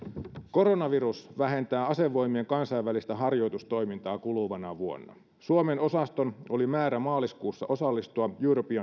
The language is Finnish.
koronavirus vähentää asevoimien kansainvälistä harjoitustoimintaa kuluvana vuonna suomen osaston oli määrä maaliskuussa osallistua